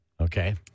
Okay